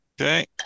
okay